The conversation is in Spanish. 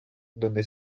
donde